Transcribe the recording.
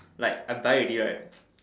like I buy already right